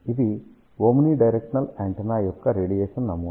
ఇది omnidirectional antenna యొక్క radiation నమూనా